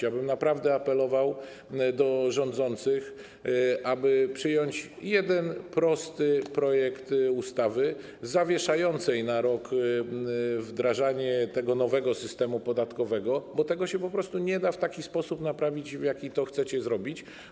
Ja bym naprawdę apelował do rządzących, aby przyjąć jeden prosty projekt ustawy zawieszającej na rok wdrażanie tego nowego systemu podatkowego, bo tego się po prostu nie da w taki sposób naprawić, w jaki to chcecie zrobić.